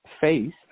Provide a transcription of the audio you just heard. face